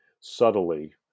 subtly